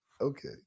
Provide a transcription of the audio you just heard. Okay